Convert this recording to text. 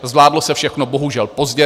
Zvládlo se všechno bohužel pozdě.